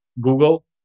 Google